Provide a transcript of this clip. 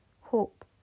hope